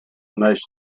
most